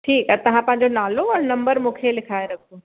ठीकु आहे तव्हां पंहिंजो नालो और नंबर मूंखे लिखाए रखो